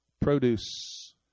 Produce